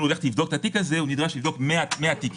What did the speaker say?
לו לבדוק את התיק הזה הוא נדרש לבדוק מאה תיקים,